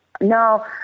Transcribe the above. no